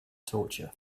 torture